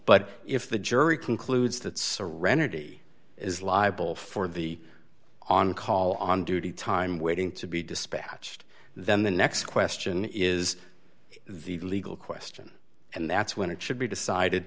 but if the jury concludes that serenity is liable for the on call on duty time waiting to be dispatched then the next question is the legal question and that's when it should be decided